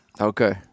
Okay